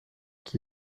qui